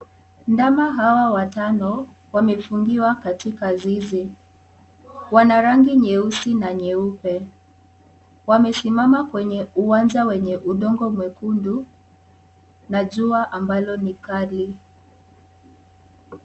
Ndama hawa watano wamefungiwa katika zizi, wana rangi nyeusi na nyeupe . Wamesimama kwenye uwanja wenye udongo mwekundu na jua ambalo ni kali.